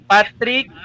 Patrick